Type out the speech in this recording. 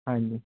ਹਾਂਜੀ